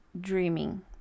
dreaming